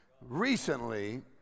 recently